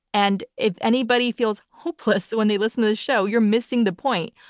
and if anybody feels hopeless when they listen to this show, you're missing the point.